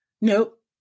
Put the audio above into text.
Nope